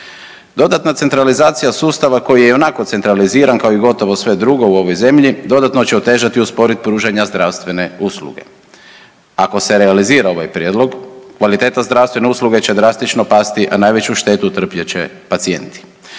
Dodatna centralizacija sustava koja je ionako centraliziran kao i gotovo sve drugo u ovoj zemlji dodatno će otežati i usporiti pružanje zdravstvene usluge. Ako se realizira ovaj prijedlog kvaliteta zdravstvene usluge će drastično pasti, a najveću štetu trpjet će pacijenti.